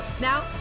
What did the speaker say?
Now